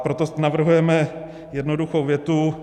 Proto navrhujeme jednoduchou větu.